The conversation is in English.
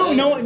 no